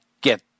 Get